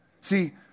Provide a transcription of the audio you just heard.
See